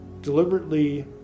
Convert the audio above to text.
deliberately